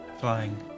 flying